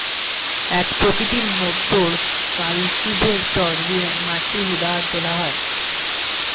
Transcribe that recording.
এক প্রকৃতির motor cultivator দিয়ে মাটি হুদা আর তোলা হয়